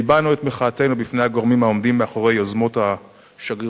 והבענו את מחאתנו בפני הגורמים העומדים מאחורי יוזמות השגרירויות,